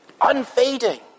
Unfading